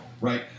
right